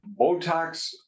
Botox